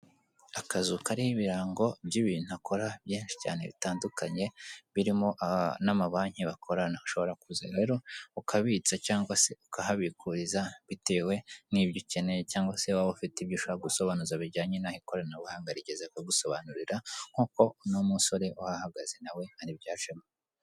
Akazu kariho ibariho ibirango by'ibintu akora byinshi cyane bitandukanye birimo n'amabanki bakorana, ushobora kuza ukabitsa cyangwa se ukahabikuriza bitewe n'ibyo ukeneye cyangwa se waba ufite ibyo ushaka gusobanuza bijyanye n'aho ikoranabuhanga rigeze bakagusobanurira nk'uko uno musore uhahagaze nawe ari byo yajemo.